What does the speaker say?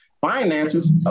Finances